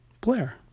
Blair